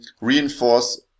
reinforce